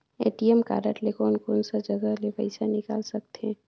ATM card ले कोन कोन सा जगह ले पइसा निकाल सकथे?